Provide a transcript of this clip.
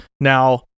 Now